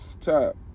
top